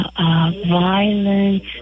Violence